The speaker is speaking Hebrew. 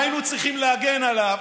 והיינו צריכים להגן עליו,